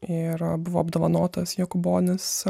ir buvo apdovanotas jokūbonis